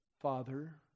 father